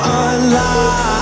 alive